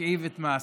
מוקיעים את מעשיו.